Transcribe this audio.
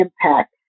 impact